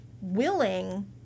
willing